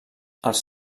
els